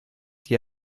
die